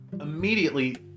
Immediately